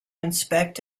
inspect